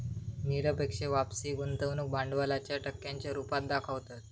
निरपेक्ष वापसी गुंतवणूक भांडवलाच्या टक्क्यांच्या रुपात दाखवतत